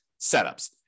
setups